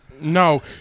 No